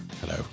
Hello